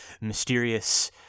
mysterious